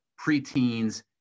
preteens